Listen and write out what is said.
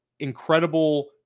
incredible